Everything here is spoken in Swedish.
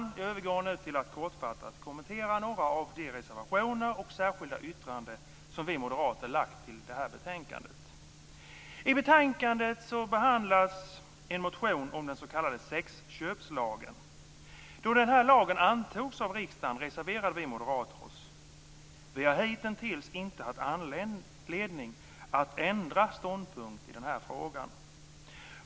Jag övergår nu till att kortfattat kommentera några av de reservationer och särskilda yttranden som vi moderater lagt i det här betänkandet. I betänkandet behandlas en motion om den s.k. sexköpslagen. Då denna lag antogs av riksdagen reserverade vi moderater oss. Vi har hittills inte haft anledning att ändra ståndpunkt i frågan.